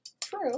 True